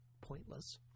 pointless